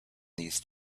these